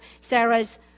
Sarah's